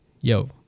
yo